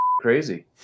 crazy